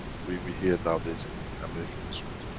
we we hear nowadays in american schools.